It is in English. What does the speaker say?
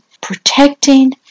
protecting